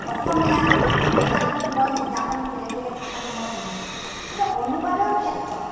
অসমীয়া এই ভাষাতো মই গীতাখন বেলেগ বেলেগ ভাষাতো মই পঢ়িছোঁ কিন্তু অনুবাদৰ ক্ষেত্ৰত